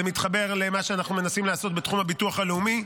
זה מתחבר למה שאנחנו מנסים לעשות בתחום הביטוח הלאומי,